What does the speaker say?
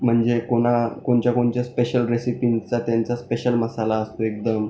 म्हणजे कोणा कोणत्या कोणत्या स्पेशल रेसिपींचा त्यांचा स्पेशल मसाला असतो एकदम